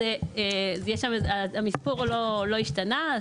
אז המספור לא השתנה.